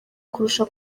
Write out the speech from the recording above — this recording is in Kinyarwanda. kurusha